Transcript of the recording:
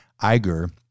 Iger